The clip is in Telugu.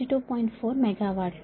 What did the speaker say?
4 మెగావాట్లు